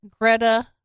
Greta